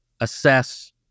assess